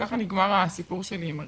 ככה נגמר הסיפור שלי עם הרווחה.